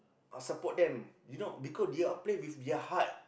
support them you know because they are play with their heart